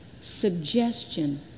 suggestion